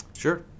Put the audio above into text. Sure